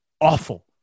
awful